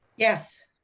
yes.